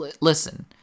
Listen